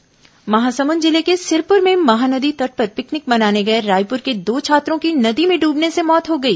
picnic मौत महासमुंद जिले के सिरपुर में महानदी तट पर पिकनिक मनाने गए रायपुर के दो छात्रों की नदी में डूबने से मौत हो गई